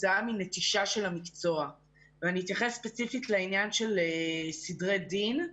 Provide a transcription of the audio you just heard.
כתוצאה מנטישה של המקצוע ואני אתייחס ספציפית לעניין של סדרי דין.